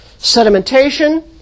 sedimentation